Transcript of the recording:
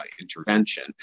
intervention